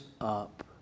up